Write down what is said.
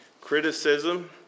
criticism